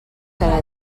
cada